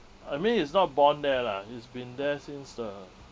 I mean he's not born there lah he's been there since the